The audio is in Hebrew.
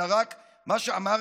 אלא רק מה שאמרתי,